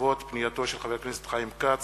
בעקבות פנייתו של חבר הכנסת חיים כץ